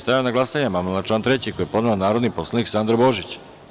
Stavljam na glasanje amandman na član 3. koji je podnela narodni poslanik Sandra Božić.